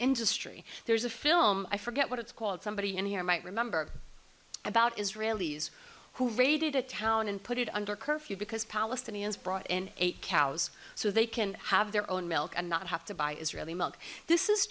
industry there's a film i forget what it's called somebody in here might remember about israelis who raided a town and put it under curfew because palestinians brought in eight cows so they can have their own milk and not have to buy israeli milk